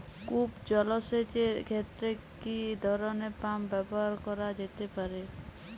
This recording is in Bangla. কূপ জলসেচ এর ক্ষেত্রে কি ধরনের পাম্প ব্যবহার করা যেতে পারে?